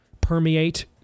permeate